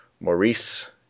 Maurice